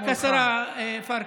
רק השרה פרקש.